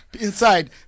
inside